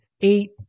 eight